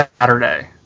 Saturday